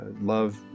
love